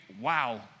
wow